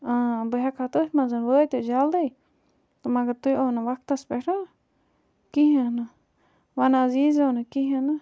بہٕ ہٮ۪کہٕ ہا تٔتھۍ منٛز وٲتِتھ جلدی تہٕ مگر تُہۍ آو نہٕ وَقتَس پٮ۪ٹھ کِہیٖنۍ نہٕ وۄنۍ حظ ییٖزیو نہٕ کِہیٖنۍ نہٕ